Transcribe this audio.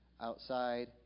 outside